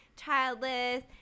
childless